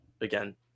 again